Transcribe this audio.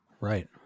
Right